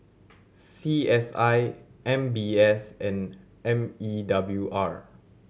C S I M B S and M E W R